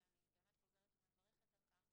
שאני באמת חוזרת ומברכת על כך,